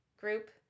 group